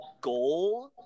Goal